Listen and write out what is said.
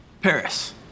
Paris